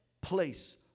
place